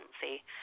see